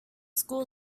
school